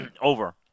over